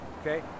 okay